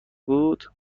بود